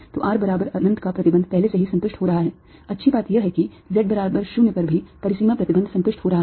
तो r बराबर अनंत का प्रतिबंध पहले से ही संतुष्ट हो रहा है अच्छी बात यह है कि z बराबर 0 पर भी परिसीमा प्रतिबंध संतुष्ट हो रहा है